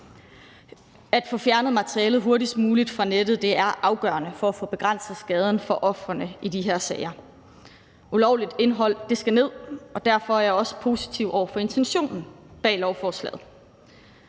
At få fjernet materialet hurtigst muligt fra nettet er afgørende for at få begrænset skaderne for ofrene i de her sager. Ulovligt indhold skal ned, og derfor er jeg også positiv over for intentionen bag lovforslaget.